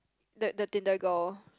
the the Tinder girl